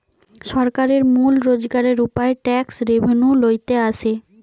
সরকারের মূল রোজগারের উপায় ট্যাক্স রেভেন্যু লইতে আসে